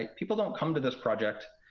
like people don't come to this project